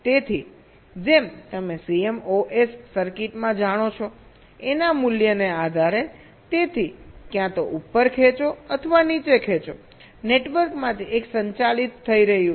તેથી જેમ તમે CMOS સર્કિટમાં જાણો છો A ના મૂલ્યને આધારે તેથી ક્યાં તો ઉપર ખેંચો અથવા નીચે ખેંચો નેટવર્કમાંથી એક સંચાલિત થઈ રહ્યું છે